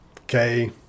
Okay